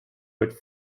with